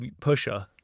pusher